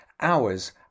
hours